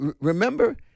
Remember